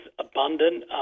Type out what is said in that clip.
abundant